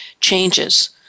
changes